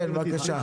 בבקשה.